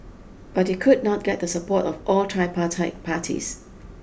but he could not get the support of all tripartite parties